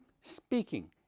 speaking